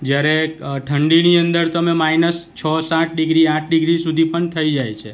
જ્યારે ઠંડીની અંદર તમે માઇનસ છો સાઠ ડિગ્રી આઠ ડિગ્રી સુધી પણ થઈ જાય છે